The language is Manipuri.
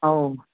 ꯑꯧ